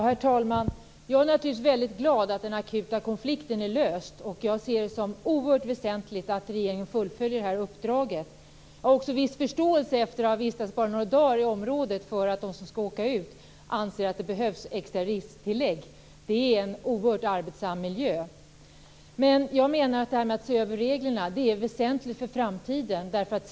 Herr talman! Jag är naturligtvis väldigt glad att den akuta konflikten är löst. Jag ser det som oerhört väsentligt att regeringen fullföljer det här uppdraget. Efter att ha vistats bara några dagar i området har jag också viss förståelse för att de som skall åka ut anser att det behövs ett extra risktillägg. Det är en oerhört arbetsam miljö. Jag menar att det är väsentligt för framtiden att se över reglerna.